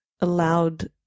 allowed